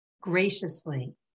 graciously